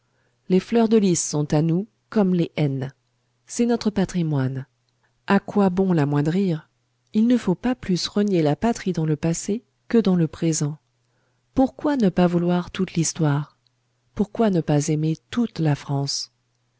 les fleurs de lys sont à nous comme les n c'est notre patrimoine à quoi bon l'amoindrir il ne faut pas plus renier la patrie dans le passé que dans le présent pourquoi ne pas vouloir toute l'histoire pourquoi ne pas aimer toute la france